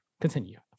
Continue